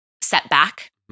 setback